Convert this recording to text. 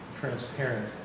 transparent